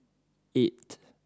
eight